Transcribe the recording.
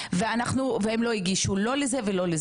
לקבוצה הזאת היא מתייחסת.